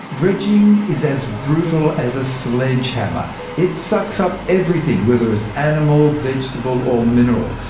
dredging is as brutal as a sledgehammer it sucks up everything, whether it's animal, vegetable or mineral.